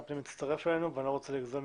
הפנים הצטרף אלינו ואני לא רוצה לעכב אותו.